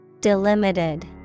Delimited